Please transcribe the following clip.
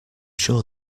sure